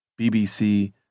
BBC